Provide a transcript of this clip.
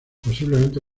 posiblemente